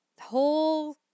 whole